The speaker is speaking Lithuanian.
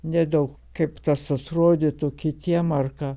ne dėl kaip tas atrodytų kitiem ar ką